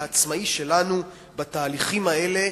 העצמאי שלנו בתהליכים האלה,